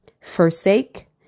forsake